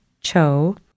Cho